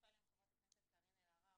הצטרפה אלינו חברת הכנסת קארין אלהרר,